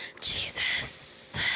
jesus